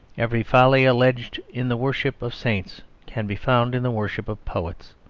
every folly alleged in the worship of saints can be found in the worship of poets.